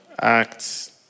Acts